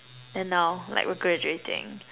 then now like we're graduating